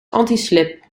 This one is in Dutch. antislip